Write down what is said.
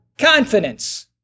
confidence